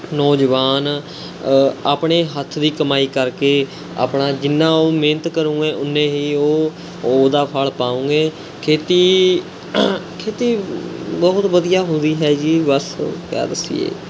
ਨੌਜਵਾਨ ਆਪਣੇ ਹੱਥ ਦੀ ਕਮਾਈ ਕਰਕੇ ਆਪਣਾ ਜਿੰਨਾ ਉਹ ਮਿਹਨਤ ਕਰੋਂਗੇ ਉੱਨੇ ਹੀ ਉਹ ਉਹਦਾ ਫਲ਼ ਪਾਊਂਗੇ ਖੇਤੀ ਖੇਤੀ ਬਹੁਤ ਵਧੀਆ ਹੁੰਦੀ ਹੈ ਜੀ ਬਸ ਕਿਆ ਦੱਸੀਏ